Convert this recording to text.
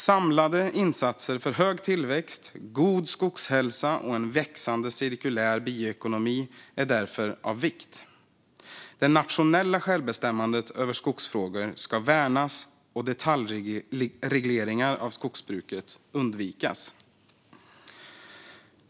Samlade insatser för hög tillväxt, god skogshälsa och en växande cirkulär bioekonomi är därför av vikt. Det nationella självbestämmandet över skogsfrågor ska värnas och detaljregleringar av skogsbruket undvikas.